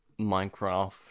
Minecraft